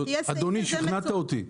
אדוני, שכנעת אותי.